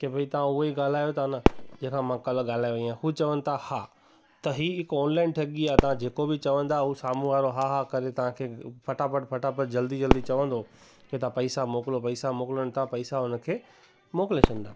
कि भई तवां उओ ई ॻालायो ता न जेखां मां कल ॻालाए वई आयां हू चवन ता त ही हिकु ऑनलाइन ठॻी आ तां जेको भी चवंदा हू सामू वारो हा हा करे तांखे फटाफट फटाफट जल्दी जल्दी चवंदो के तां पईसा मोकिलो पईसा मोकिलो अने तां पईसा उन खे मोकिले छॾंदा